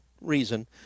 reason